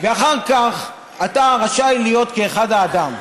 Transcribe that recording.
ואחר כך אתה רשאי להיות כאחד האדם.